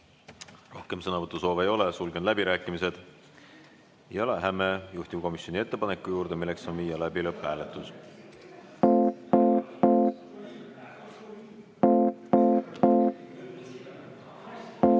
Rohkem sõnavõtusoove ei ole, sulgen läbirääkimised. Läheme juhtivkomisjoni ettepaneku juurde, milleks on viia läbi lõpphääletus.